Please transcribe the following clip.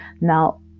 Now